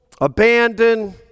abandoned